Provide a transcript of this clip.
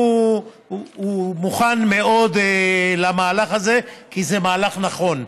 הוא מוכן מאוד למהלך הזה, כי זה מהלך נכון.